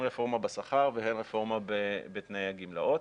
רפורמה בשכר והן רפורמה בתנאי הגמלאות.